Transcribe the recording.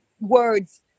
words